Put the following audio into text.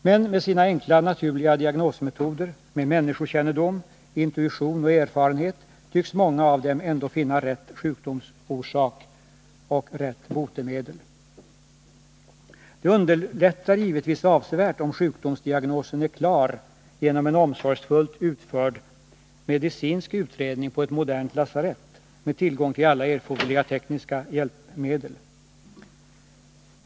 Men med sina enkla ”naturliga” diagnosmetoder, med människokännedom, intuition och erfarenhet tycks många av dem ändå finna rätt sjukdomsorsak — och rätt botemedel! Det underlättar givetvis avsevärt om sjukdomsdiagnosen är klar genom en omsorgsfullt utförd medicinsk utredning på ett modernt lasarett med tillgång till alla erforderliga tekniska hjälpmedel.